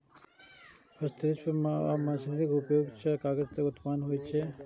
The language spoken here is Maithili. हस्तनिर्मित आ मशीनरीक उपयोग सं कागजक उत्पादन होइ छै